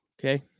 Okay